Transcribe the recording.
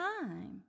time